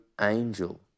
angel